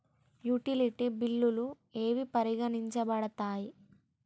Utility బిల్లులు ఏవి పరిగణించబడతాయి?